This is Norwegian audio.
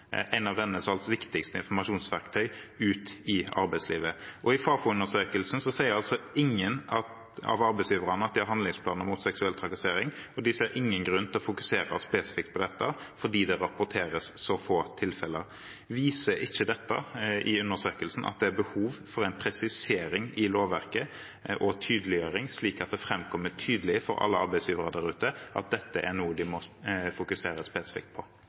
viktigste informasjonsverktøy ut i arbeidslivet. I Fafo-undersøkelsen sier ingen av arbeidsgiverne at de har handlingsplaner mot seksuell trakassering, og de ser ingen grunn til å fokusere spesifikt på dette, fordi det rapporteres så få tilfeller. Viser ikke denne undersøkelsen at det er behov for en presisering i lovverket, og tydeliggjøring, slik at det framkommer tydelig for alle arbeidsgivere der ute at dette er noe de må fokusere spesifikt på?